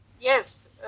Yes